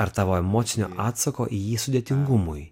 ar tavo emocinio atsako į jį sudėtingumui